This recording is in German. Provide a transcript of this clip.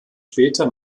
später